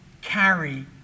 carry